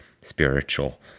spiritual